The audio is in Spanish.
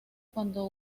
cuando